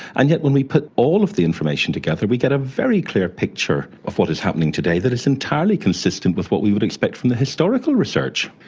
and yet when we put all of the information together we get a very clear picture of what is happening today that is entirely consistent with what we would expect from the historical research.